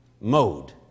mode